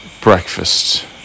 Breakfast